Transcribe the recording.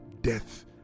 death